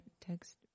Text